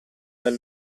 dal